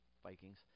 vikings